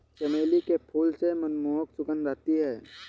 चमेली के फूल से मनमोहक सुगंध आती है